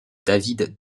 david